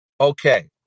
Okay